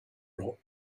rot